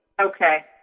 Okay